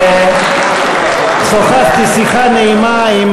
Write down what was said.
(מחיאות כפיים) שוחחתי שיחה נעימה עם